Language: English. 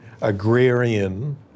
agrarian